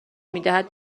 میدهد